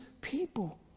people